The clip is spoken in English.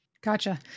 Gotcha